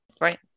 Right